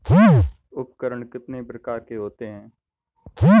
उपकरण कितने प्रकार के होते हैं?